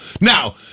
Now